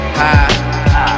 high